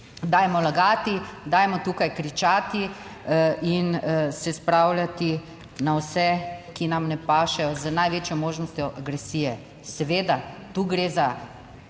dajmo lagati, dajmo tukaj kričati in se spravljati na vse, ki nam ne pašejo, z največjo možnostjo agresije. Seveda tu gre za